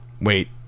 Wait